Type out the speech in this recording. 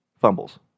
fumbles